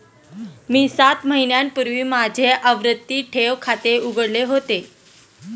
मी सात महिन्यांपूर्वी माझे आवर्ती ठेव खाते उघडले होते